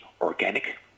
organic